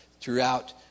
throughout